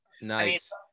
Nice